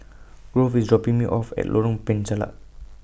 Grove IS dropping Me off At Lorong Penchalak